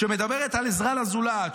שמדברת על עזרה לזולת,